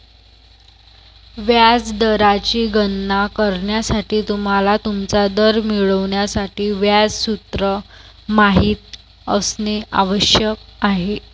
व्याज दराची गणना करण्यासाठी, तुम्हाला तुमचा दर मिळवण्यासाठी व्याज सूत्र माहित असणे आवश्यक आहे